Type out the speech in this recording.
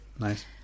Nice